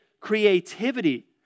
creativity